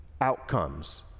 outcomes